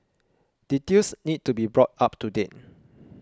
details need to be brought up to date